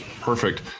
Perfect